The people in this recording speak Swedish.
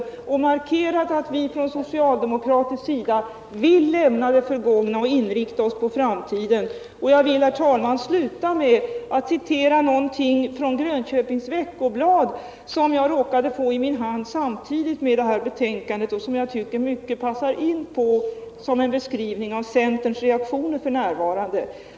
Jag har markerat att vi på den socialdemokratiska sidan vill lämna det förgångna och inrikta oss på framtiden. Jag vill, herr talman, sluta med att citera någonting från Grönköpings Veckoblad, som jag råkade få i min hand samtidigt med det här betänkandet och som jag tycker passar in mycket bra som en beskrivning på centerns reaktioner f. n.